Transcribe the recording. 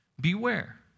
Beware